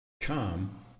Come